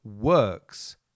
works